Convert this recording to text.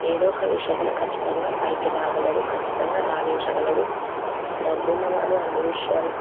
ఏదో ఒక విషయంలో ఖచ్చితంగా పైకి రాగలడు ఖచ్చితంగా రాణించగలడు డబ్బున్నవాడు అన్ని విషయాలు